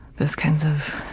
those kinds of,